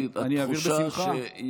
אני אעביר בשמחה.